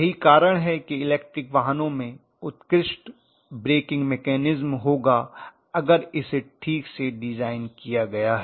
यही कारण है कि इलेक्ट्रिक वाहनों में उत्कृष्ट ब्रेकिंग मैकेनिज्म होगा अगर इसे ठीक से डिजाइन किया गया है